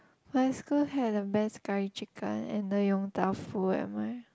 my school had the best curry chicken and the Yong-Tau-Foo at my